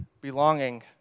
belonging